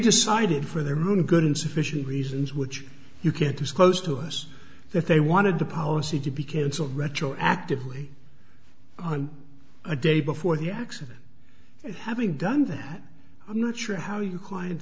decided for their new good insufficient reasons which you can't disclose to us that they wanted to policy to be canceled retroactively on a day before the accident and having done that i'm not sure how you client